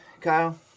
Kyle